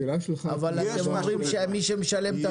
השאלה שלך טמונות בה